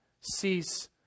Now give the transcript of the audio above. cease